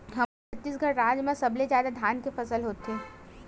हमर छत्तीसगढ़ राज म सबले जादा धान के फसल होथे